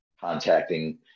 contacting